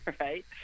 right